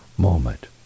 moment